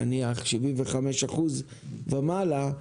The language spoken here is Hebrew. נניח 75% ומעלה,